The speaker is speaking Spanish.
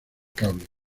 cable